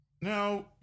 Now